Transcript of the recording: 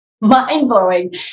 mind-blowing